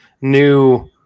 new